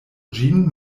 ĝin